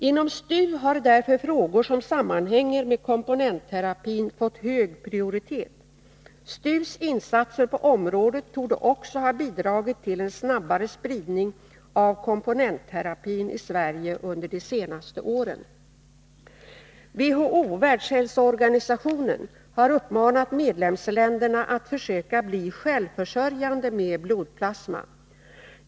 Inom STU har därför frågor som sammanhänger med komponentterapin fått hög prioritet. STU:s insatser på området torde också ha bidragit till en snabbare spridning av komponentterapin i Sverige under de senaste åren. WHO har uppmanat medlemsländerna att försöka bli självförsörjande med blodplasma.